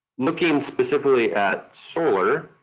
looking specifically at solar